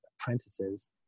apprentices